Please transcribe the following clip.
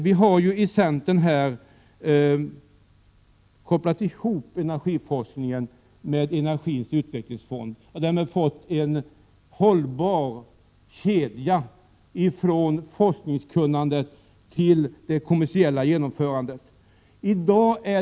Vi i centern har kopplat ihop energiforskningen med energins utvecklingsfond och därmed fått en hållbar kedja från forskningskunnande till det kommersiella genomförandet.